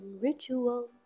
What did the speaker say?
ritual